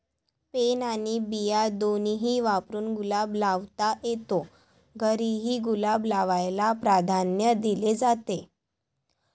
pen आणि बिया दोन्ही वापरून गुलाब लावता येतो, घरीही गुलाब लावायला प्राधान्य दिले जाते